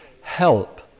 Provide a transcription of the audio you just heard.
help